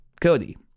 Cody